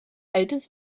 altes